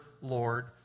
Lord